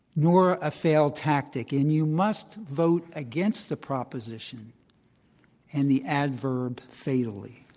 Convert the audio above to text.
nor a failed tactic. and you must vote against the proposition and the adverb fatally.